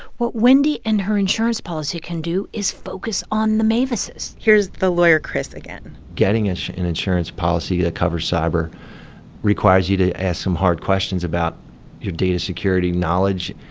what wendy and her insurance policy can do is focus on the mavises here's the lawyer, chris, again getting an and insurance policy that covers cyber requires you to ask some hard questions about your data security knowledge,